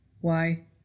Why